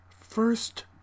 first